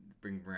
bring